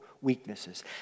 weaknesses